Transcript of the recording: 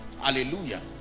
hallelujah